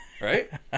right